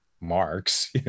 Marx